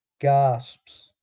gasps